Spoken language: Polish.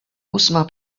ósma